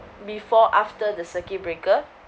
before after the circuit breaker